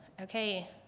okay